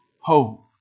hope